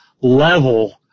level